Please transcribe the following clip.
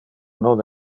non